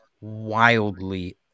wildly